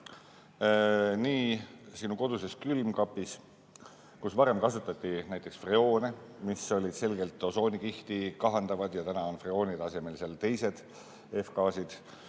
Nii sinu koduses külmkapis, kus varem kasutati näiteks freoone, mis olid selgelt osoonikihti kahandavad, on nüüd freoonide asemel teised F‑gaasid.